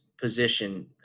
position